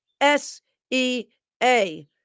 S-E-A